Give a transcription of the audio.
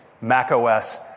macOS